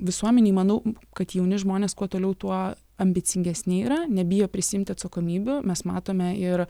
visuomenėje manau kad jauni žmonės kuo toliau tuo ambicingesni yra nebijo prisiimti atsakomybių mes matome ir